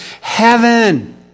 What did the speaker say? Heaven